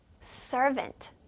Servant